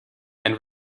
and